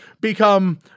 become